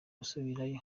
gusubirayo